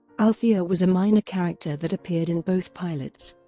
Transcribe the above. althea was a minor character that appeared in both pilots.